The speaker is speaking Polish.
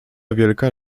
wielka